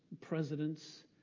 presidents